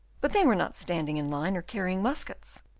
but they were not standing in line, or carrying muskets,